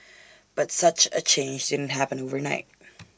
but such A change didn't happen overnight